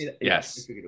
Yes